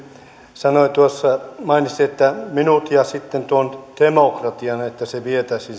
mainitsi tuossa minut ja sitten tuon demokratian että se vietäisiin